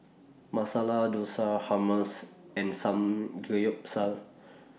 Masala Dosa Hummus and Samgeyopsal